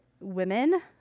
women